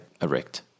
erect